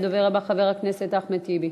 הדובר הבא, חבר הכנסת אחמד טיבי.